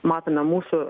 matome mūsų